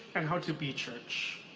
and how to be church.